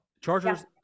chargers